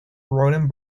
rodent